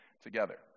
together